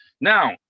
Now